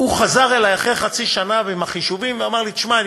הוא חזר אלי אחרי חצי שנה עם החישובים ואמר לי: שמע,